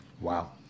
Wow